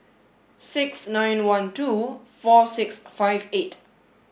six nine one twelve four six five eight